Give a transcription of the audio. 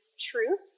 truth